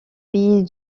pays